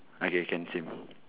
okay can same